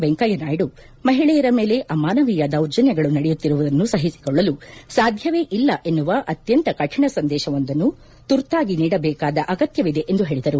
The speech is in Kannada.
ವೆಂಕಯ್ನನಾಯ್ನು ಮಹಿಳೆಯರ ಮೇಲೆ ಅಮಾನವೀಯ ದೌಜನ್ದಗಳು ನಡೆಯುತ್ತಿರುವುದನ್ನು ಸಹಿಸಿಕೊಳ್ಳಲು ಸಾಧ್ಯವೇ ಇಲ್ಲ ಎನ್ನುವ ಅತ್ಯಂತ ಕಠಿಣ ಸಂದೇಶ ಒಂದನ್ನು ತುರ್ತಾಗಿ ನೀಡಬೇಕಾದ ಅಗತ್ನವಿದೆ ಎಂದು ಹೇಳಿದರು